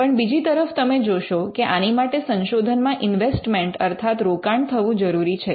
પણ બીજી તરફ તમે જોશો કે આની માટે સંશોધનમાં ઇન્વેસ્ટમેન્ટ અર્થાત રોકાણ થવું જરૂરી છે